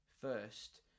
first